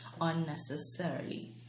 unnecessarily